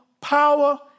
power